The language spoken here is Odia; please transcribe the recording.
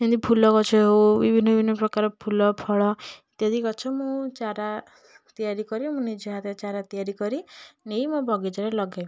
ଯେମିତି ଫୁଲଗଛ ହେଉ ବିଭିନ୍ନ ବିଭିନ୍ନପ୍ରକାରର ଫୁଲ ଫଳ ଇତ୍ୟାଦି ଗଛ ମୁଁ ଚାରା ତିଆରି କରି ମୁଁ ନିଜ ହାତରେ ଚାରା ତିଆରି କରି ନେଇ ମୋ ବଗିଚାରେ ଲଗାଏ